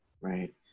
right